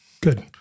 Good